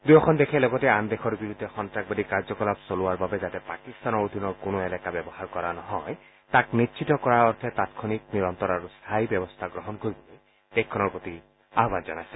দূয়োখন দেশে লগতে আন দেশৰ বিৰুদ্ধে সন্তাসবাদী কাৰ্যকলাপ চলোৱাৰ বাবে যাতে পাকিস্তানৰ অধীনৰ কোনো এলেকা ব্যৱহাৰ কৰা নহয় তাক নিশ্চিত কৰাৰ অৰ্থে তাৎক্ষণিক নিৰন্তৰ আৰু স্থায়ী ব্যৱস্থা গ্ৰহণ কৰিবলৈ দেশখনৰ প্ৰতি আহবান জনাইছে